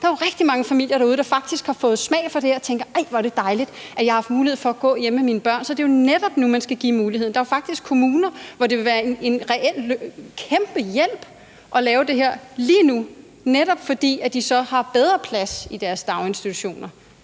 Der er jo rigtig mange familier derude, der faktisk har fået smag for det her og tænker: Hvor er det dejligt, at jeg har haft mulighed for at gå hjemme med mine børn. Så det er jo netop nu, at man skal give dem den mulighed. Der er faktisk kommuner, som det reelt vil være en kæmpe hjælp for, hvis vi gør det her lige nu, netop fordi de så har bedre plads i deres daginstitutioner,